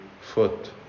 foot